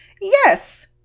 Yes